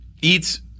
eats